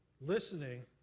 Listening